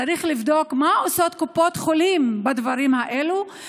צריך לבדוק מה עושות קופות חולים בדברים האלה,